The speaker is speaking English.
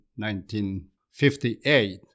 1958